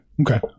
Okay